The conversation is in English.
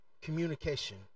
communication